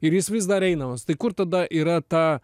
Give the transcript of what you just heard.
ir jis vis dar einamas tai kur tada yra ta